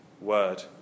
word